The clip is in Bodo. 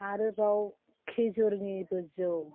आरोबाव खिजुरनिबो जौ